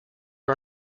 are